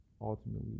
ultimately